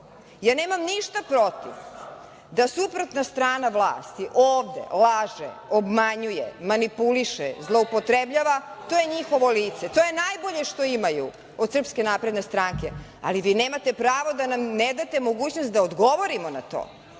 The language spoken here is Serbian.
ništa protiv da suprotna strana vlasti ovde laže, obmanjuje, manipuliše, zloupotrebljava, to je njihovo lice, to je najbolje što imaju od SNS, ali vi nemate pravo da nam ne date mogućnost da odgovorimo na to.